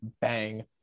bang